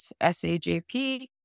SAJP